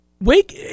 Wake –